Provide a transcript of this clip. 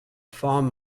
farm